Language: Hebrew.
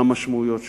והמשמעויות שלו.